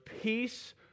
peace